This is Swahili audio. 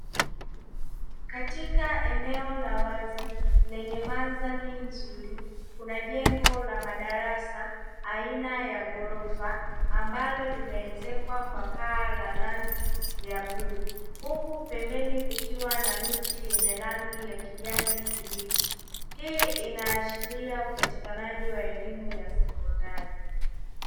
Katika eneo la wazi lenye mandhari nzuri kuna jengo la madarasa aina ya ghorofa ambalo limeezekwa kwa paa la rangi ya bluu huku pembeni kukiwa na miti yenye rangi ya kijani kibichi, hii inaashiria upatikanaji wa elimu ya sekondari.